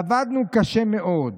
'עבדנו קשה מאוד,